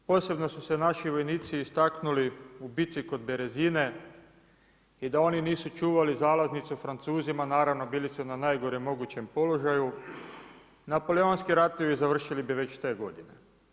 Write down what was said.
Posebno su se naši vojnici istaknuli u bici kod Berezine i da oni nisu čuvali zalaznicu Francuzima, naravno bili su na najgorem mogućem položaju, Napoleonski ratovi završili bi već te godine.